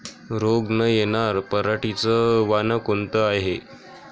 रोग न येनार पराटीचं वान कोनतं हाये?